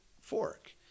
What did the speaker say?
fork